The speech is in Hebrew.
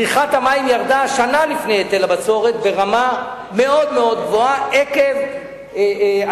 צריכת המים ירדה שנה לפני היטל הבצורת ברמה מאוד מאוד גבוהה עקב הסברה.